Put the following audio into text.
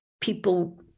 People